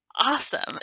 awesome